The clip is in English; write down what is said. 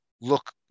look